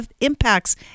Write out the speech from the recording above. impacts